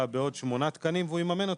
הבאה בעוד שמונה תקנים והוא יממן אותם,